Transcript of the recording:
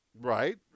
Right